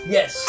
Yes